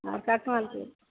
ಆಂ cut ಮಾಡ್ತೀವಿ